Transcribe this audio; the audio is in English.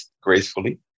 gracefully